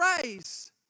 praise